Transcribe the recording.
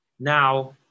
Now